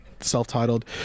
self-titled